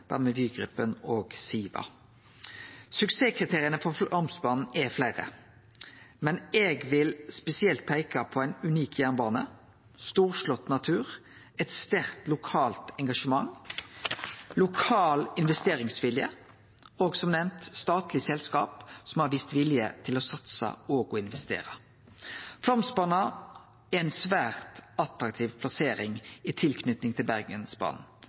og Siva. Suksesskriteria for Flåmsbana er fleire, men eg vil spesielt peike på ei unik jernbane, storslått natur, eit sterkt lokalt engasjement, lokal investeringsvilje, og som nemnd, eit statleg selskap som har vist vilje til å satse og å investere. Flåmsbana har ei svært attraktiv plassering i tilknyting til